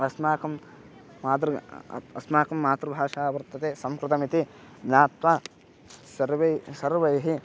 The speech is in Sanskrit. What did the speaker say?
अस्माकं मातृ अस्माकं मातृभाषा वर्तते संस्कृतमिति ज्ञात्वा सर्वे सर्वैः